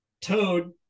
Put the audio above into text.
Toad